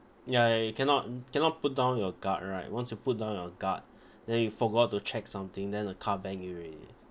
ya you cannot cannot put down your guard right once you put down your guard then you forgot to check something then a car bang you already